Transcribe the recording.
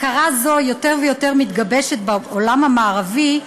הכרה זו יותר ויותר מתגבשת בעולם המערבי,